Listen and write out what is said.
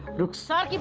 ruksaar